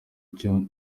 icyo